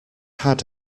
had